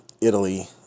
Italy